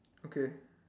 okay